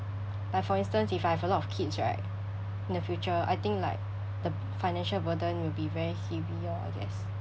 like for instance if I have a lot of kids right in the future I think like the b~ financial burden will be very heavy lor I guess